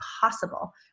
possible